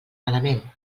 malament